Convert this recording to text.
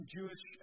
Jewish